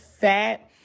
fat